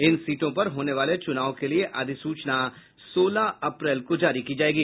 इन सीटों पर होने वाले चुनाव के लिए अधिसूचना सोलह अप्रैल को जारी की जायेगी